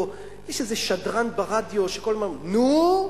יש איזה שדרן ברדיו שכל הזמן: נו,